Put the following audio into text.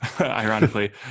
ironically